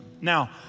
Now